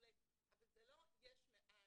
אבל זה לא יש מאין.